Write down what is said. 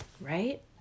right